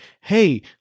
hey